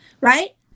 right